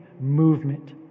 movement